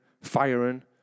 firing